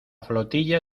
flotilla